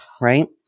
right